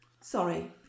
Sorry